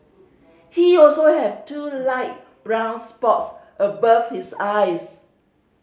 he also have two light brown spots above his eyes